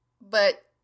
But